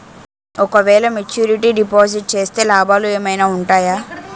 ఓ క వేల maturity deposit చేస్తే లాభాలు ఏమైనా ఉంటాయా?